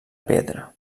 pedra